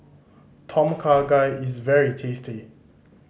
Tom Kha Gai is very tasty